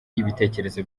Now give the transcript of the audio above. ibitekerezo